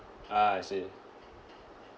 ah I see